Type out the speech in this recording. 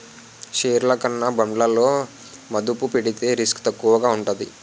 షేర్లు కన్నా బాండ్లలో మదుపు పెడితే రిస్క్ తక్కువగా ఉంటాది